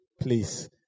please